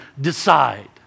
Decide